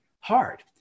hard